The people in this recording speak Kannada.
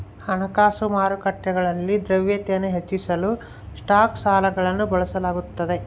ಹಣಕಾಸು ಮಾರುಕಟ್ಟೆಗಳಲ್ಲಿ ದ್ರವ್ಯತೆನ ಹೆಚ್ಚಿಸಲು ಸ್ಟಾಕ್ ಸಾಲಗಳನ್ನು ಬಳಸಲಾಗ್ತದ